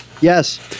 Yes